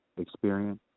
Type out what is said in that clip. experience